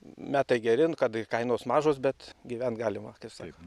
metai geri nu kad ir kainos mažos bet gyvent galima kaip sako